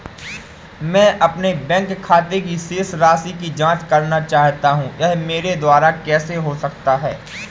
मैं अपने बैंक खाते की शेष राशि की जाँच करना चाहता हूँ यह मेरे द्वारा कैसे हो सकता है?